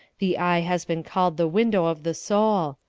the eye has been called the window of the soul.